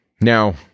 Now